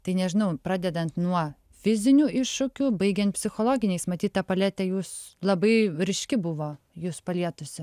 tai nežinau pradedant nuo fizinių iššūkių baigiant psichologiniais matyt ta paletė jūs labai ryški buvo jus palietusi